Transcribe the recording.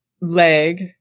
leg